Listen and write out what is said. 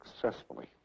successfully